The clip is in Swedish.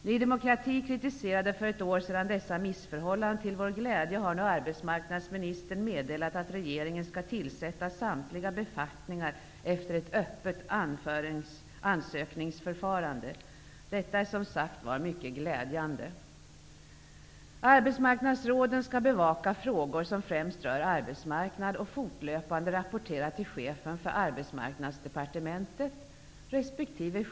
Ny demokrati kritiserade för ett år sedan dessa missförhållanden. Till vår glädje har nu arbetsmarknadsministern meddelat att regeringen skall tillsätta samtliga befattningar efter ett öppet ansökningsförfarande. Detta är som sagt mycket glädjande. Arbetsmarknadsråden skall bevaka frågor som främst rör arbetsmarknad och fortlöpande rapportera till chefen för Socialdepartementet.